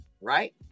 right